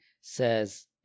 says